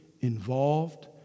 involved